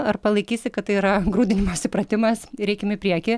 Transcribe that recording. ar palaikysi kad tai yra grūdinimosi pratimas ir eikim į priekį